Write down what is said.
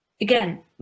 again